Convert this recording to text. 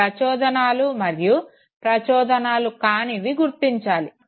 ప్రచోదనాలు మరియు ప్రచోదనాలు కానివి గుర్తించాలి